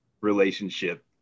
relationship